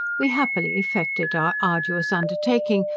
we happily effected our arduous undertaking,